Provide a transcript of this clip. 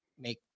make